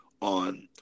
On